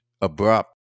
abrupt